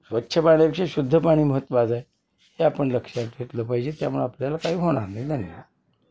स्वच्छ पाण्यापेक्षा शुद्ध पाणी महत्त्वाचं आहे हे आपण लक्षात घेतलं पाहिजे त्यामुळे आपल्याला काही होणार नाही